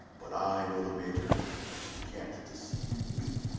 but i know the major and she can't deceive me!